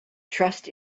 trust